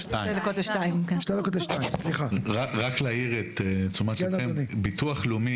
רק להאיר, ביטוח לאומי